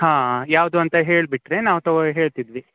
ಹಾಂ ಯಾವುದು ಅಂತ ಹೇಳಿಬಿಟ್ರೆ ನಾವು ತೊಗೊ ಹೇಳ್ತಿದ್ವಿ